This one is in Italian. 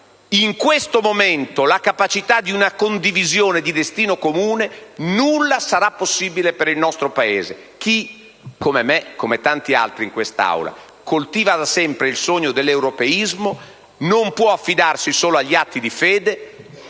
in questo momento la capacità di una condivisione di destino comune, nulla sarà possibile per il nostro Paese. Chi come me e come tanti altri in quest'Aula coltiva da sempre il sogno dell'europeismo non può affidarsi solo agli atti di fede.